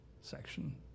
section